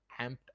amped